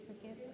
forgive